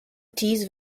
tees